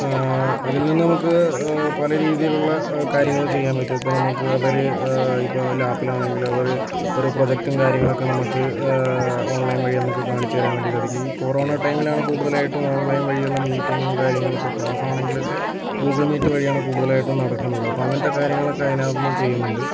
അതിൽ നിന്നും നമുക്ക് പല രീതിയിലുള്ള കാര്യങ്ങള് ചെയ്യാൻ പറ്റും ഇപ്പം നമുക്ക് അവര് ഇപ്പം ലാപ്പിലാണെങ്കില് അവര് ഓരോ പ്രോജക്ടും കാര്യങ്ങളൊക്കെ നമുക്ക് ഓൺലൈൻ വഴി നമ്മുക്ക് കാണിച്ച് തരാൻ വേണ്ടി സാധിക്കും ഈ കൊറോണ ടൈമിലാണ് കൂടുതലായിട്ടും ഓൺലൈൻ വഴിയുള്ള മീറ്റിംഗ് കാര്യങ്ങള് ഇപ്പം ക്ലാസ്സാണെങ്കിൽ ഒക്കെ ഗൂഗിൾ മീറ്റ് വഴിയാണ് കൂടുതലായിട്ടും നടക്കുന്നത് അപ്പം അങ്ങനത്തെ കാര്യങ്ങളൊക്കെ അതിനകത്ത് നിന്ന് ചെയ്യുന്നുണ്ട്